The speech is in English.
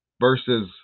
versus